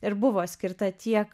ir buvo skirta tiek